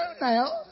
now